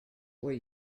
were